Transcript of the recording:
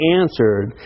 answered